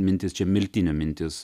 mintis čia miltinio mintis